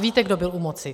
Víte, kdo byl u moci.